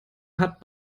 hat